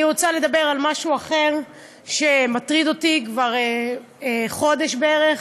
אני רוצה לדבר על משהו אחר שמטריד אותי כבר חודש בערך.